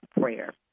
prayer